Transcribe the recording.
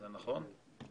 זה נכון?